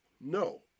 no